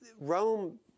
Rome